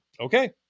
okay